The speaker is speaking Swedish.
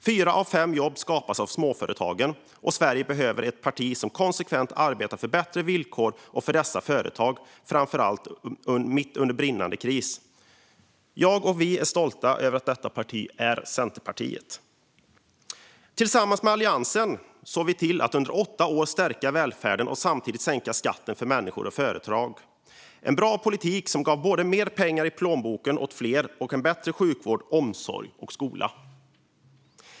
Fyra av fem jobb skapas av småföretagen, och Sverige behöver ett parti som konsekvent arbetar för bättre villkor för dessa företag, framför allt mitt under brinnande kris. Jag och vi är stolta över att detta parti är Centerpartiet. Tillsammans med Alliansen såg vi till att under åtta år stärka välfärden och samtidigt sänka skatten för människor och företag. Det var en bra politik som gav både mer pengar i plånboken åt fler och en bättre sjukvård, omsorg och skola.